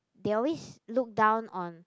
they always look down on